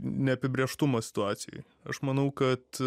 neapibrėžtumą situacijoj aš manau kad